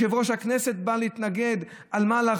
יושב-ראש הכנסת בא להתנגד, למה?